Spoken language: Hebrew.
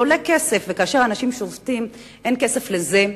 זה עולה כסף, וכאשר האנשים שובתים, אין כסף לזה.